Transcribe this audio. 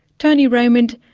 tony raymond,